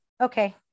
Okay